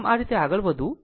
આમ તે જ રીતે આગળ વધવું